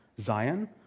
Zion